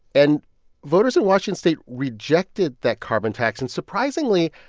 and voters in washington state rejected that carbon tax, and surprisingly,